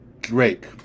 Drake